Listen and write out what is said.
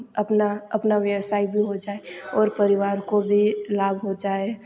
अपना अपना व्यवसाय भी हो जाए परिवार को भी लाभ हो जाए